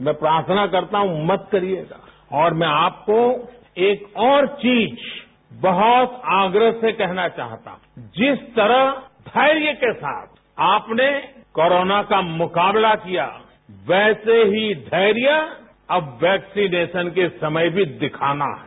मैं प्रार्थना करता हूं मत करिए और मैं आपको एक और चीज बहुत आग्रह से कहना चाहता हूं जिस तरह धैर्य के साथ आपने कोरोना का मुकाबला किया वैसे ही धैर्य अब वैक्सीनेशन के समय भी दिखाना है